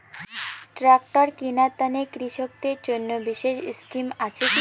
Tractor কিনার তানে কৃষকদের জন্য বিশেষ স্কিম আছি কি?